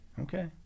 Okay